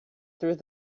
through